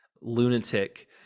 lunatic